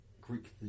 Greek